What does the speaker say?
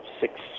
six